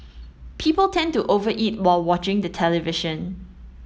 people tend to over eat while watching the television